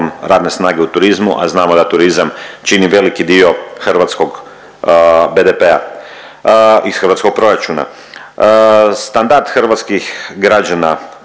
radne snage u turizmu, a znamo da turizam čini veliki dio hrvatskog BDP-a i hrvatskog proračuna. Standard hrvatskih građana